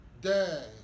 day